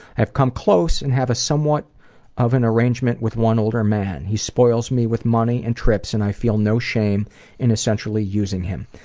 i've come close and have a somewhat of an arrangement with one older man. he spoils me with money and trips, and i feel no shame in essentially using him.